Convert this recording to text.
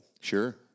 Sure